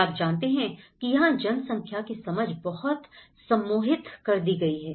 क्या आप जानते हैं कि यहां जनसंख्या की समझ बहुत सम्मोहित कर दी गई है